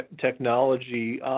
technology